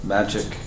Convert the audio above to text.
Magic